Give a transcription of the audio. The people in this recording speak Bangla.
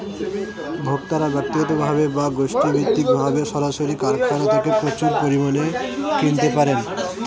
ভোক্তারা ব্যক্তিগতভাবে বা গোষ্ঠীভিত্তিকভাবে সরাসরি কারখানা থেকে প্রচুর পরিমাণে কিনতে পারেন